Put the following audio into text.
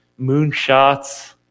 moonshots